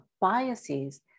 biases